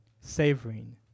savoring